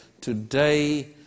today